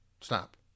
stop